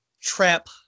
trap